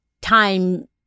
time